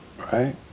right